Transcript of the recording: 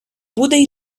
буде